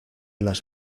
las